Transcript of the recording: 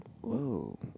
Whoa